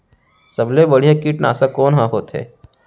सबले बढ़िया कीटनाशक कोन ह होथे?